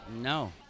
No